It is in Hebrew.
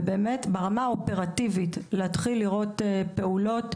ובאמת ברמה האופרטיבית להתחיל לראות פעולות,